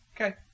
Okay